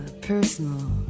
personal